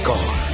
God